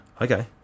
okay